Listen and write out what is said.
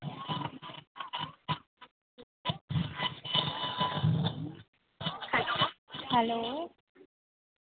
hello